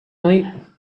night